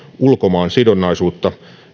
ulkomaansidonnaisuutta